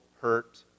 hurt